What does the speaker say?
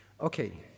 Okay